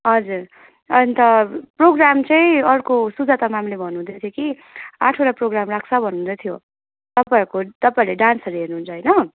हजुर अन्त प्रोग्राम चाहिँ अर्को सुजाता मेमले भन्नु हुँदै थियो कि आठवटा प्रोग्राम राख्छ भन्नु हुँदै थियो तपाईँहरूको तपाईँहरूले डान्सहरू हेर्नु हुन्छ होइन